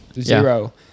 zero